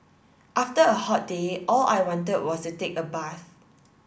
after a hot day all I wanted was to take a bath